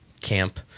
camp